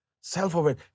self-aware